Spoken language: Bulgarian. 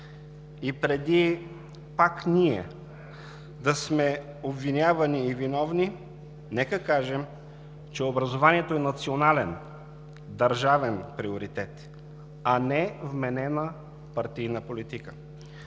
и преди пак ние да сме обвинявани и виновни, нека кажем, че образованието е национален, държавен приоритет, а не вменена партийна политика.